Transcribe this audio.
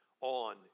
on